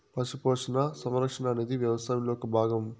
పశు పోషణ, సంరక్షణ అనేది వ్యవసాయంలో ఒక భాగం